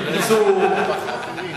בקיצור,